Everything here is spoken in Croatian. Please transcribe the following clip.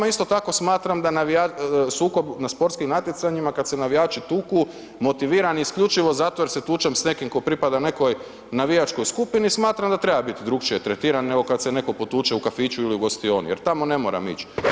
Isto tako smatram da sukob na sportskim natjecanjima kad se navijači tuku motiviran isključivo zato jer se tučem s nekim tko pripada nekoj navijačkoj skupini, smatram da treba biti drugačije tretiran nego kad se netko potuče u kafiću ili u gostioni, jer tamo ne moram ići.